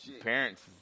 parents